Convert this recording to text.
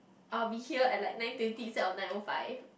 I will be here at like nine thirty instead of nine O five